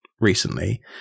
recently